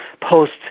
post-